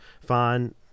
fine